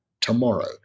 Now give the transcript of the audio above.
tomorrow